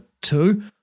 two